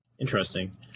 interesting